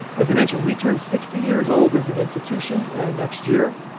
as i mentioned, we turn sixty years old as an institution next year.